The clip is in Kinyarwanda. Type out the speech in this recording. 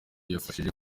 yafashije